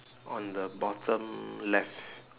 on the bottom left